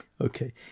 Okay